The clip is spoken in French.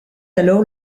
alors